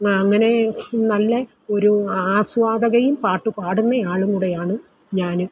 അങ്ങനെ നല്ല ഒരു ആസ്വാദകയും പാട്ടു പാടുന്നയാളും കൂടെയാണ് ഞാനും